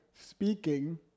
speaking